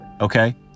Okay